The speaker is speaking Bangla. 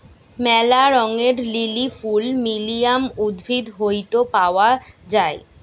ম্যালা রঙের লিলি ফুল লিলিয়াম উদ্ভিদ হইত পাওয়া যায়